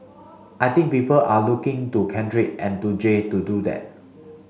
I think people are looking to Kendrick and to Jay to do that